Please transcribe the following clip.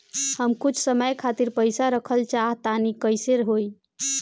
हम कुछ समय खातिर पईसा रखल चाह तानि कइसे होई?